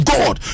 God